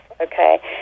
Okay